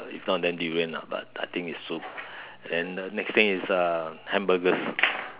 if not then durian lah but I think it's soup and the next thing is uh hamburgers